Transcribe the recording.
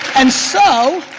and so